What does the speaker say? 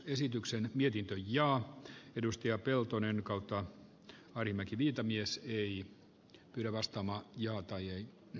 esityksen mietintö linjaa edustia peltonen kautto karimäki viitamies löi pylvästä maan arvoisa puhemies